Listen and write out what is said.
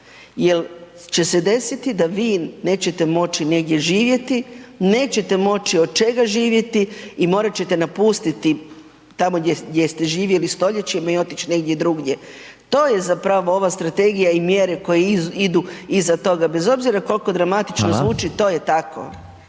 jer će se desiti da vi neće moći negdje živjeti, nećete moći od čega živjeti i morat ćete napustiti takom gdje ste živjeli stoljećima i otići negdje drugdje. To je zapravo ova strategija i mjere koje idu iza toga bez obzira koliko dramatično zvuči to je tako.